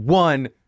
One